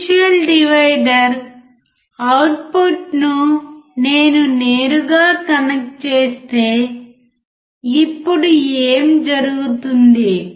potential divider అవుట్పుట్ను నేను నేరుగా కనెక్ట్ చేస్తే ఇప్పుడు ఏమి జరుగుతుంది